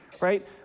right